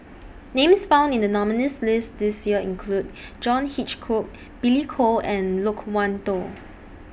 Names found in The nominees' list This Year include John Hitchcock Billy Koh and Loke Wan Tho